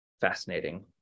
fascinating